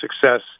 success